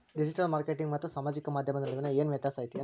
digital marketing ಮತ್ತ ಸಾಮಾಜಿಕ ಮಾಧ್ಯಮದ ನಡುವ ಏನ್ ವ್ಯತ್ಯಾಸ ಐತಿ